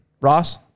ross